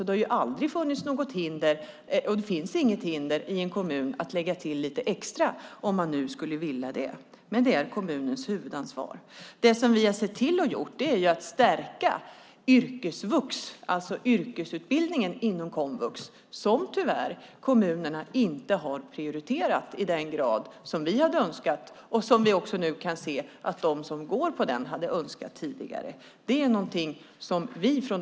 Det har aldrig funnits något hinder, och finns inget hinder, för en kommun att lägga till lite extra om man så skulle vilja. Detta är alltså kommunens huvudansvar. Vi har sett till att yrkesvux, yrkesutbildningen inom komvux, stärks, något som kommunerna tyvärr inte prioriterat i den utsträckning som vi hade önskat och som vi nu kan se att de som går på yrkesvux tidigare önskat.